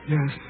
Yes